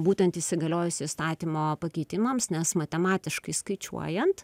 būtent įsigaliojus įstatymo pakeitimams nes matematiškai skaičiuojant